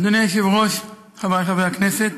אדוני היושב-ראש, חבריי חברי הכנסת,